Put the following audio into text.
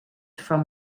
from